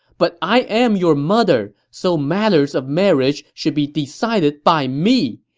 but i am your mother, so matters of marriage should be decided by me.